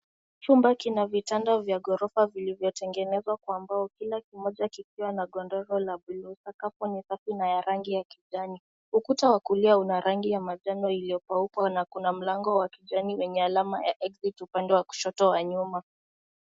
Chumba kina vitanda vya ghorofa vilivyotengenezwa kwa mbao kila kimoja kikiwa na godoro la bluu. Sakafu ni safi na ya rangi ya kijani. Ukuta wa kulia una rangi ya manjano iliyokauka na kuna mlango wa kijani wenye alama ya (cs)exit(cs)upande wa kushoto wa nyuma.